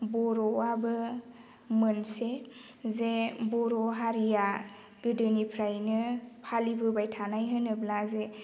बर'आबो मोनसे जे बर' हारिया गोदोनिफ्रायनो फालिबोबाय थानाय होनोब्ला जे